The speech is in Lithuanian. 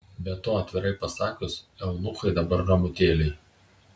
be to atvirai pasakius eunuchai dabar ramutėliai